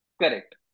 correct